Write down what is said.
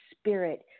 spirit